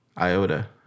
IOTA